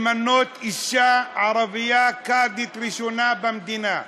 למנות אישה ערבייה קאדית ראשונה במדינה,